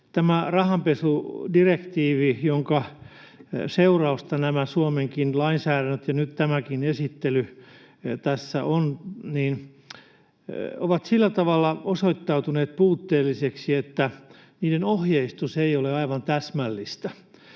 Tämä rahanpesudirektiivi, jonka seurausta nämä Suomenkin lainsäädännöt ja nyt tämäkin esittely tässä ovat, on sillä tavalla osoittautunut puutteelliseksi, että ohjeistus ei ole aivan täsmällistä.